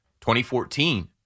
2014